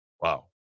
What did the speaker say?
Wow